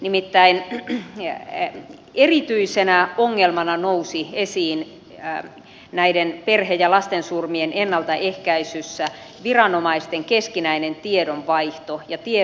nimittäin erityisenä ongelmana nousi esiin näiden perhe ja lastensurmien ennaltaehkäisyssä viranomaisten keskinäinen tiedonvaihto ja tiedonkulku